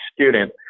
student